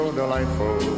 delightful